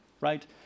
right